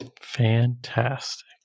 Fantastic